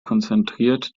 konzentriert